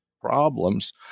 problems